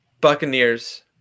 Buccaneers